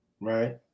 Right